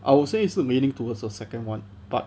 I would say it's leaning towards the second one but